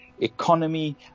economy